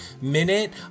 minute